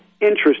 interest